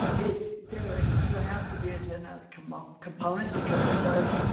it. there there has to be a genetic um um component because it does